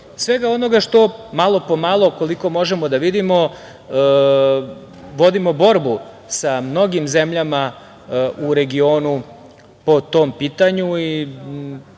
svega onoga što malo po malo. Koliko možemo da vidimo, vodimo borbu sa mnogim zemljama u regionu po tom pitanju i